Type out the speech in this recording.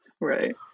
Right